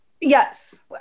Yes